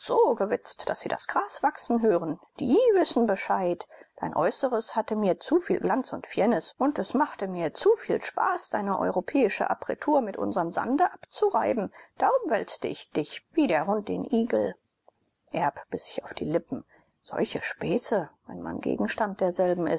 gewitzigt daß sie das gras wachsen hören die wissen bescheid dein äußeres hatte mir zu viel glanz und firnis und es machte mir zu viel spaß deine europäische appretur mit unsrem sande abzureiben darum wälzte ich dich wie der hund den igel erb biß sich auf die lippen solche späße wenn man gegenstand derselben